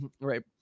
right